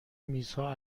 میزها